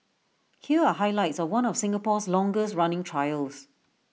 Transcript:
here are highlights of one of Singapore's longest running trials